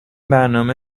برنامه